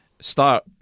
start